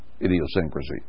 idiosyncrasy